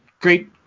great